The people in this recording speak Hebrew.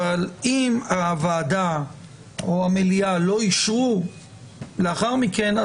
אבל אם הוועדה או המליאה לא אישרו לאחר מכן,